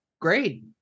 great